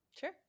Sure